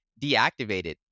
deactivated